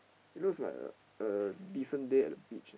it looks like a a different day at the beach